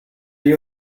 you